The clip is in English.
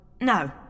No